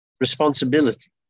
responsibility